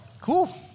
cool